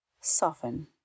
soften